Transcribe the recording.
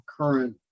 current